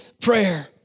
prayer